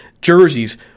jerseys